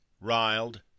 riled